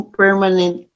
permanent